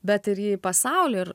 bet ir į pasaulį ir